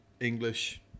English